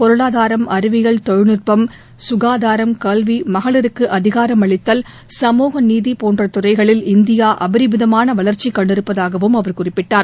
பொருளாதாரம் அறிவியல் தொழில்நுட்பம் சுகாதாரம் கல்வி மகளிருக்கு அதிகாரமளித்தல் சமூக நீதி போன்ற துறைகளில் இந்தியா அபரிமிதமான வளர்ச்சி கண்டிருப்பதாகவும் அவர் குறிப்பிட்டார்